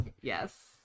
Yes